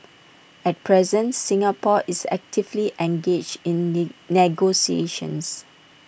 at present Singapore is actively engaged in negotiations